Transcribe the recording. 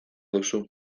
duzu